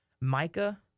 Micah